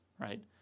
right